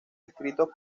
escritos